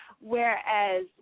Whereas